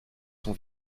son